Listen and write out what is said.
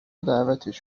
دعوتش